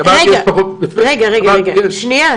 שנייה,